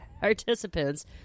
participants